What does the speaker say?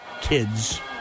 kids